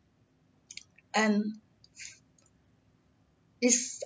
and is